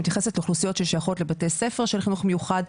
מתייחסת לאוכלוסיות ששייכות לבתי ספר של חינוך מיוחד.